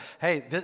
Hey